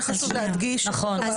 אולי חשוב להדגיש על חוק המאבק בטרור.